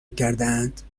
کردهاند